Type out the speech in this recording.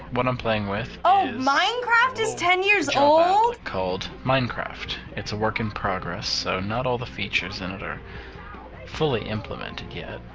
what i'm playing with. oh, minecraft is ten years old. called minecraft. it's a work in progress, so not all the features in it are fully implemented yet.